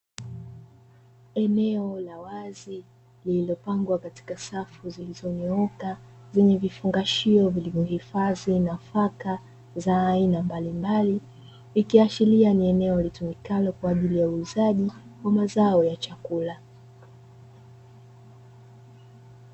Eneo la wazi lililopangwa katika safu zilizonyooka zenye vifungashio vilivyohifadhi nafaka za aina mbalimbali, ikiashiria ni eneo litumikalo kwa ajili ya uuzaji wa mazao ya chakula.